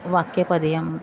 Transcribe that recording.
Vakyapadiyam